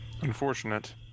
Unfortunate